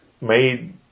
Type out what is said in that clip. made